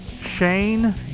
Shane